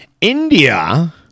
India